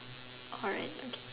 alright okay